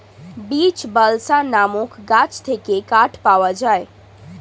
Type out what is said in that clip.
beech, balsa নামক গাছ থেকে কাঠ পাওয়া যায়